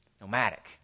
nomadic